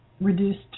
reduced